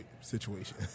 situation